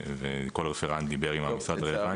וכל רפרנט דיבר עם המשרד הרלוונטי.